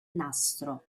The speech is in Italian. nastro